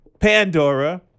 Pandora